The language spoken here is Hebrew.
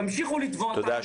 תמשיכו לתבוע אותנו,